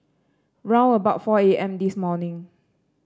round about four A M this morning